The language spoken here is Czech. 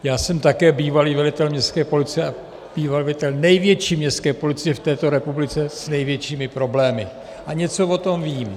Já jsem také bývalý velitel městské policie, bývalý velitel největší městské policie v této republice s největšími problémy, a něco o tom vím.